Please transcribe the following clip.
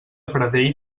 pradell